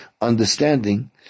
understanding